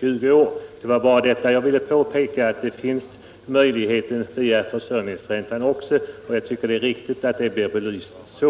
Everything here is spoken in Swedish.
20 år. Jag ville bara påpeka att i fråga om försörjningsräntan gäller inte denna åldersgräns.